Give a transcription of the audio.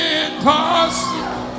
impossible